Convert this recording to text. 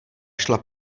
šla